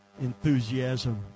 enthusiasm